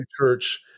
church